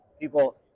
people